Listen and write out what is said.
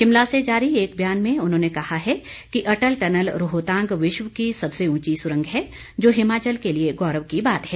शिमला से जारी एक बयान में उन्होंने कहा है कि अटल टनल रोहतांग विश्व की सबसे उंची सुरंग है जो हिमाचल के लिए गौरव की बात है